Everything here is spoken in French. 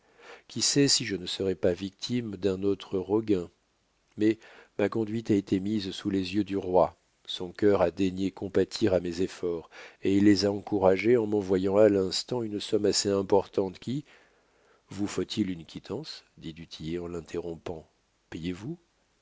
qui sait si je ne serais pas victime d'un autre roguin mais ma conduite a été mise sous les yeux du roi son cœur a daigné compatir à mes efforts et il les a encouragés en m'envoyant à l'instant une somme assez importante qui vous faut-il une quittance dit du tillet en l'interrompant payez-vous